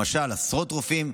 למשל, עשרות רופאים,